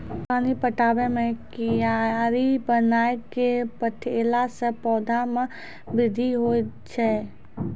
पानी पटाबै मे कियारी बनाय कै पठैला से पौधा मे बृद्धि होय छै?